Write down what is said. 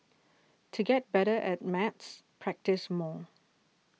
to get better at maths practise more